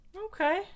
Okay